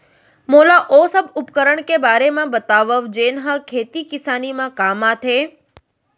मोला ओ सब उपकरण के बारे म बतावव जेन ह खेती किसानी म काम आथे?